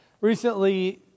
recently